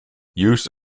use